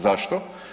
Zašto?